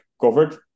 covered